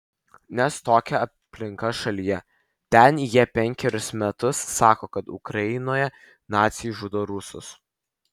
nes tokia aplinka šalyje ten jie penkerius metus sako kad ukrainoje naciai žudo rusus